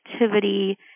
activity